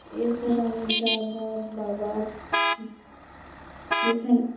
এরপর আমি দাদা বাবা যেখান